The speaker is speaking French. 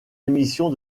émissions